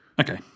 Okay